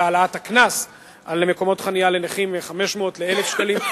של העלאת הקנס על חנייה במקומות חנייה של נכים מ-500 ל-1,000 שקלים.